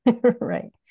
right